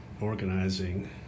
organizing